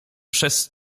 przez